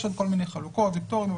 יש עוד כל מיני חלוקות ופטורים.